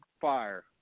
fire